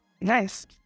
Nice